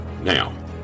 Now